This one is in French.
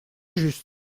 juste